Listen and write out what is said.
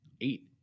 eight